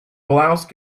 blouse